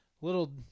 little